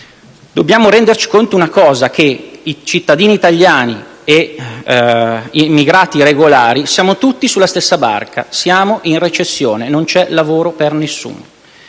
Dobbiamo renderci conto che, cittadini italiani e immigrati regolari, siamo tutti sulla stessa barca: siamo in recessione, non c'è lavoro per nessuno.